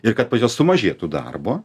ir kad pas juos sumažėtų darbo